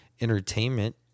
entertainment